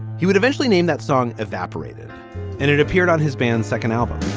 he would eventually name that song evaporated and it appeared on his band's second album